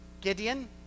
Gideon